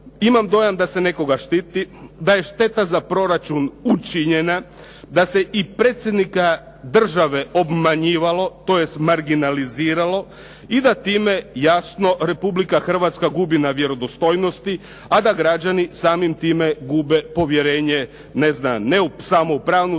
Imam dojam da se nekoga štiti, da je šteta za proračun učinjena, da se i predsjednika države obmanjivalo tj. marginaliziralo i da time jasno Republika Hrvatska gubi na vjerodostojnosti, a da građani samim time gube povjerenje ne znam ne